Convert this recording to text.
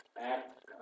act